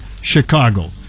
Chicago